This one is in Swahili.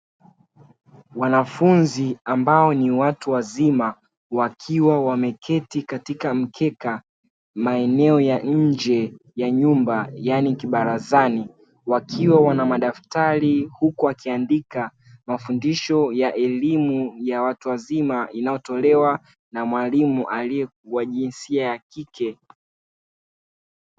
Wanafunzi ambao ni watu wazima wakiwa wameketi katika mkeka maeneo ya nje ya nyumba yani kibarazani. Wakiwa wana madaftari huku wakiandika mafundisho ya elimu ya watu wazima inayotolewa na mwalimu wa jinsia ya kike.